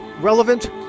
relevant